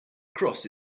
cross